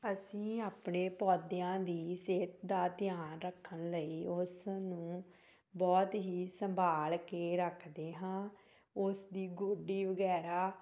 ਅਸੀਂ ਆਪਣੇ ਪੌਦਿਆਂ ਦੀ ਸਿਹਤ ਦਾ ਧਿਆਨ ਰੱਖਣ ਲਈ ਉਸ ਨੂੰ ਬਹੁਤ ਹੀ ਸੰਭਾਲ ਕੇ ਰੱਖਦੇ ਹਾਂ ਉਸ ਦੀ ਗੋਡੀ ਵਗੈਰਾ